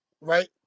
Right